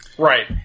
Right